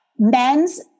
men's